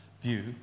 view